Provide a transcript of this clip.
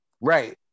right